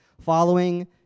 Following